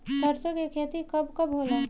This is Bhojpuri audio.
सरसों के खेती कब कब होला?